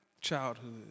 childhood